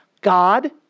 God